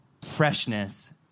freshness